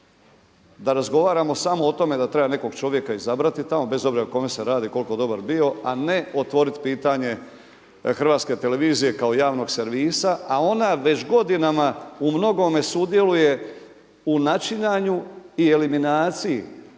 da razgovaramo samo o tome da treba nekog čovjeka izabrati tamo bez obzira o kome se radi i koliko dobar bio a ne otvorit pitanje Hrvatske televizije kao javnog servisa a onda već godinama u mnogome sudjeluje u načinjanju i eliminaciji,